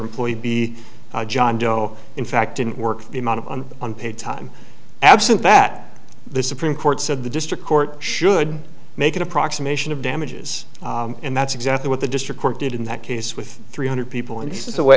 employed b john doe in fact didn't work the amount on unpaid time absent that the supreme court said the district court should make an approximation of damages and that's exactly what the district court did in that case with three hundred people and th